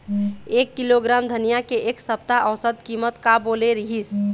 एक किलोग्राम धनिया के एक सप्ता औसत कीमत का बोले रीहिस?